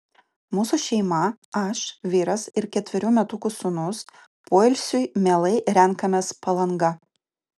mūsų šeima aš vyras ir ketverių metukų sūnus poilsiui mielai renkamės palangą